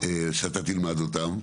שאתה תלמד אותם,